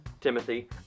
Timothy